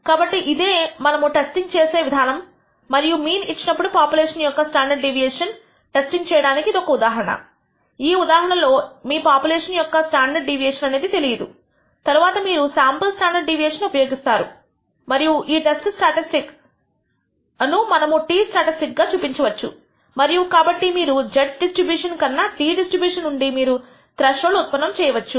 కాబట్టి ఇదే మనము టెస్టింగ్ చేసే విధానము మరియు మీన్ ఇచ్చినప్పుడు పాపులేషన్ యొక్క స్టాండర్డ్ డీవియేషన్ ఒక టెస్టింగ్ చేయడానికి ఇది ఒక ఉదాహరణ ఈ ఉదాహరణలో మీ పాపులేషన్ యొక్క స్టాండర్డ్ డీవియేషన్ అనేది తెలియదు తరువాత మీరు శాంపుల్ స్టాండర్డ్ డీవియేషన్ ఉపయోగిస్తారు మరియు ఈ టెస్ట్ స్టాటిస్టిక్ ను మనము t స్టాటిస్టిక్ గా చూపించవచ్చు మరియు కాబట్టి మీరు మీ z డిస్ట్రిబ్యూషన్ కన్నా t డిస్ట్రిబ్యూషన్ నుండి మీరు త్రెష్హోల్డ్స్ ఉత్పన్నము చేయవచ్చు